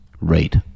rate